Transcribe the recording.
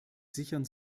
sichern